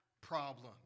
problem